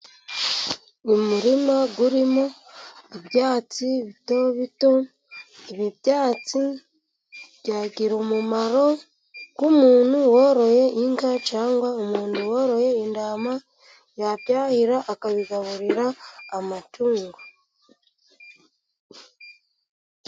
Umuririma urimo ibyatsi bito bito. Ibi byatsi byagira umumaro ku muntu woroye inka, cyangwa umuntu woroye intama. Yabyahira akabigaburira amatungo.